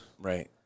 Right